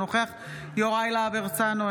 אינו נוכח יוראי להב הרצנו,